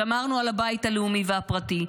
שמרנו על הבית הלאומי והפרטי,